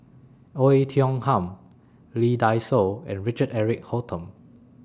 Oei Tiong Ham Lee Dai Soh and Richard Eric Holttum